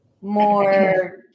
more